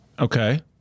Okay